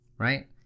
Right